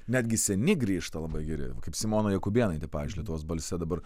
netgi seni grįžta labai geri kaip simona jakubėnaitė pavyzdžiui lietuvos balse dabar